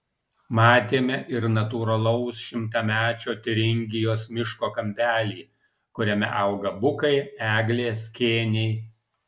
matėme ir natūralaus šimtamečio tiuringijos miško kampelį kuriame auga bukai eglės kėniai